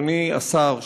אדוני השר,